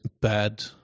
bad